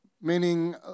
meaning